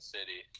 City